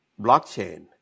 blockchain